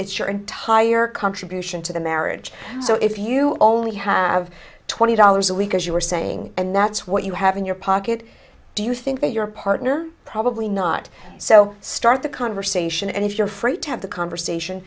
it's your entire contribution to the marriage so if you only have twenty dollars a week as you were saying and that's what you have in your pocket do you think that your partner probably not so start the conversation and if you're free to have the conversation